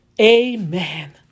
Amen